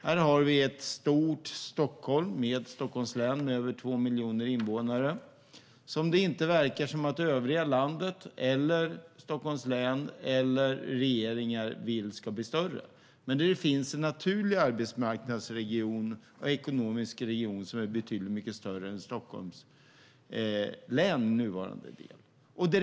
Här har vi ett stort Stockholm och Stockholms län med över 2 miljoner invånare. Det verkar inte som att övriga landet, Stockholms län eller regeringar vill att regionen ska bli större, men det finns en naturlig arbetsmarknadsregion och ekonomisk region som är betydligt större än Stockholms nuvarande län.